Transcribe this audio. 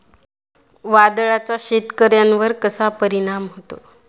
वादळाचा शेतकऱ्यांवर कसा परिणाम होतो?